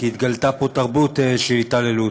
כי התגלתה פה תרבות של התעללות,